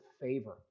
favor